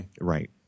Right